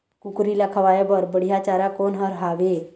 कुकरी ला खवाए बर बढीया चारा कोन हर हावे?